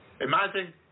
Imagine